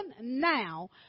now